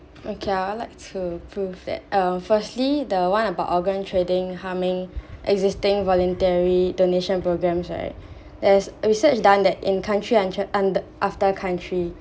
okay I'd like to prove that uh firstly the one about organ trading harming existing voluntary donation programmes right there's research done that in country after country